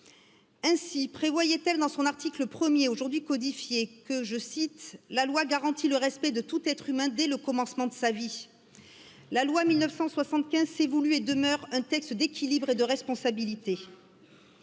ainsi prévoyait elle dans son article premier aujourd'hui codifié que je cite la loi garantit le respect de tout être humain dès le commencement de sa vie la loi mille neuf cent soixante quinze s'est voulue et demeure un texte d'équilibre et de responsabilité